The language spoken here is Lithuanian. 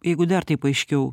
jeigu dar taip aiškiau